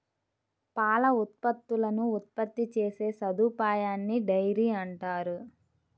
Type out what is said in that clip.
పాల ఉత్పత్తులను ఉత్పత్తి చేసే సదుపాయాన్నిడైరీ అంటారు